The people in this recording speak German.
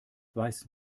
weiß